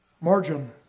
margin